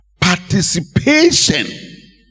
Participation